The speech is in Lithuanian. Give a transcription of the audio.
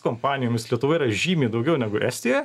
kompanijomis lietuvoje yra žymiai daugiau negu estija